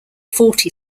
forty